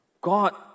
God